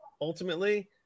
ultimately